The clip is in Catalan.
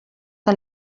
que